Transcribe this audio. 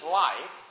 life